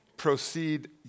Proceed